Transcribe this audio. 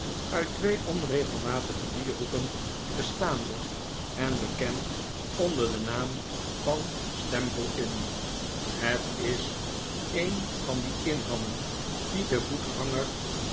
uit twee onregelmatige vierhoeken bestaande en bekend onder den naam van stample inn het is een van die inhammen die den